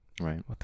Right